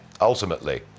ultimately